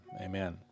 Amen